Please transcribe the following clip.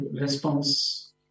response